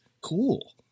cool